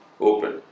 open